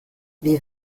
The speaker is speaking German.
wir